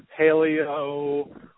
paleo